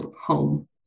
home